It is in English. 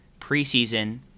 preseason